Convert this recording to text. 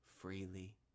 freely